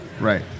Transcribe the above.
Right